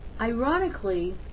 ironically